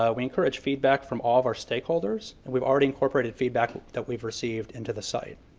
ah we encourage feedback from all of our stakeholders and we've already incorporated feedback that we've received into the site.